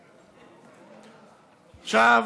עכשיו,